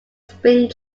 spring